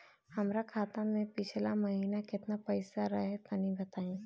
हमरा खाता मे पिछला महीना केतना पईसा रहे तनि बताई?